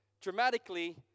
dramatically